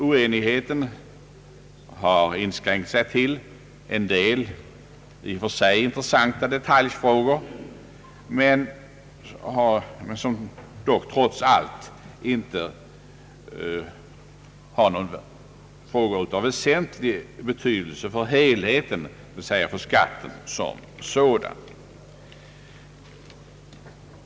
Oenigheten har inskränkt sig till en del i och för sig intressanta detaljfrågor, som dock trots allt inte varit av väsentlig betydelse för helheten, dvs. för skatten som sådan.